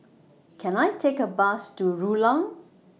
Can I Take A Bus to Rulang